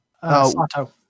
sato